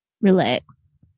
relax